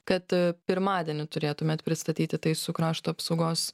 kad pirmadienį turėtumėt pristatyti tai su krašto apsaugos